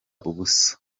ubusa